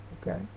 okay